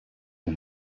and